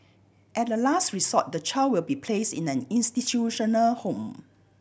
at a last resort the child will be place in an institutional home